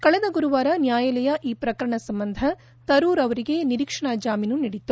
ಕಳೆದ ಗುರುವಾರ ನ್ಯಾಯಾಲಯ ಈ ಪ್ರಕರಣ ಸಂಬಂಧ ತರೂರ್ ಅವರಿಗೆ ನಿರೀಕ್ಷಣಾ ಜಾಮೀನು ನೀಡಿತ್ತು